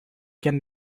can